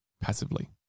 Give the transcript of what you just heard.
passively